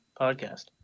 podcast